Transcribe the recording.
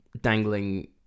dangling